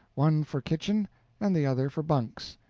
one for kitchen and the other for bunks,